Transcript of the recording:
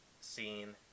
scene